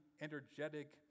energetic